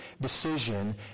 decision